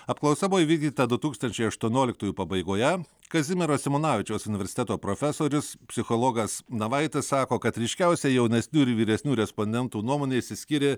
apklausa buvo įvykdyta du tūkstančiai aštuonioliktųjų pabaigoje kazimiero simonavičiaus universiteto profesorius psichologas navaitis sako kad ryškiausia jaunesnių ir vyresnių respondentų nuomonė išsiskyrė